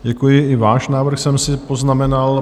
Děkuji, i váš návrh jsem si poznamenal.